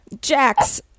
Jax